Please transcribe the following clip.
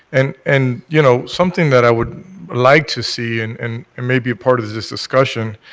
and and you know something that i would like to see and and and may be a part of this discussion,